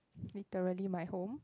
literally my home